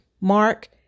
Mark